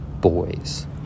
boys